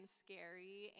scary